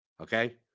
okay